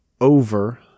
over